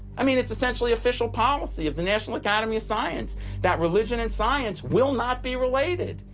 i mean, it's essentially official policy of the national academy of science that religion and science will not be related.